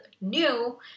new